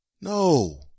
No